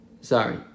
Sorry